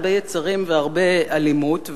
הרבה יצרים והרבה אלימות,